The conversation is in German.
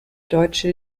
deutsche